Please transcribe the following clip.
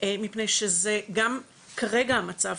מפני שזה גם כרגע המצב.